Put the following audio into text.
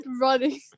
running